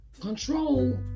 control